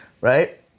Right